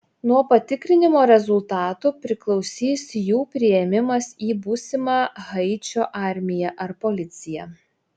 nuo patikrinimo rezultatų priklausys jų priėmimas į būsimą haičio armiją ar policiją